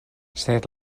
sed